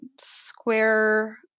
square